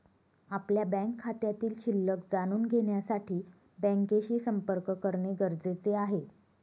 आपल्या बँक खात्यातील शिल्लक जाणून घेण्यासाठी बँकेशी संपर्क करणे गरजेचे आहे